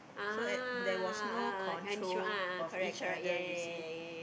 so at there was no control of each other you see